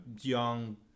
young